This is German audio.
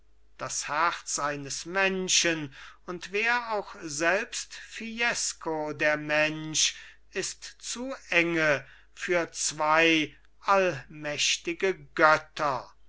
das herz eines menschen und wär auch selbst fiesco der mensch ist zu enge für zwei allmächtige götter